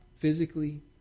physically